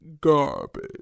garbage